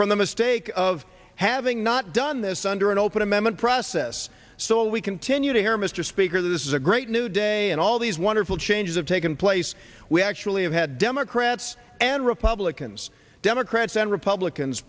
from the mistake of having not done this under an open amendment process so we continue to hear mr speaker this is a great new day in all these wonderful changes have taken place we actually have had democrats and republicans democrats and republicans